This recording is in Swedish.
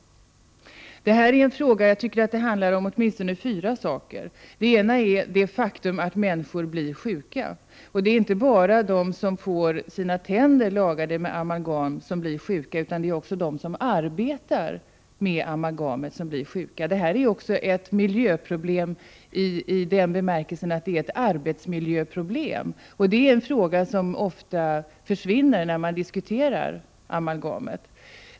Denna fråga handlar om åtminstone fyra saker. En är det faktum att människor blir sjuka. Det är inte bara de som får sina tänder lagade med amalgam som blir sjuka, utan också de som arbetar med amalgam blir sjuka. Det är också ett miljöproblem i bemärkelsen arbetsmiljöproblem, och det är en aspekt som ofta försvinner när man diskuterar amalgamet.